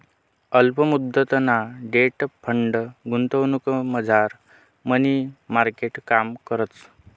अल्प मुदतना debt fund गुंतवणुकमझार मनी मार्केट काम करस